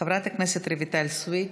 חברת הכנסת רויטל סויד,